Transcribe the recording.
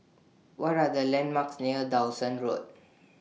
What Are The landmarks near Dawson Road